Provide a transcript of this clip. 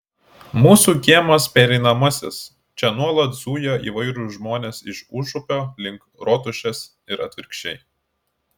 mūsų kiemas pereinamasis čia nuolat zuja įvairūs žmonės iš užupio link rotušės ir atvirkščiai